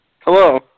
Hello